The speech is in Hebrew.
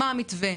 מה המתווה,